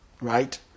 Right